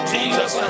Jesus